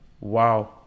Wow